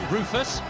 Rufus